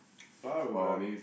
flower bro